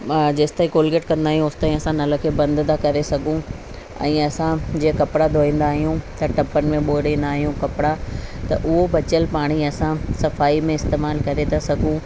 जेसि ताईं कोलगेट कंदा आहियूं ओसि ताईं नल खे बंदि था करे सघूं ऐं असां जीअं कपिड़ा धोईंदा आहियूं त टपनि में ॿोणीदा आहियूं कपिड़ा त उहो बचियल पाणी असां सफ़ाई में इस्तेमालु करे था सघूं